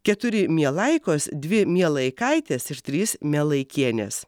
keturi mielaikos dvi mielaikaitės ir trys mielaikienės